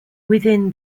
within